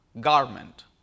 garment